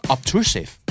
Obtrusive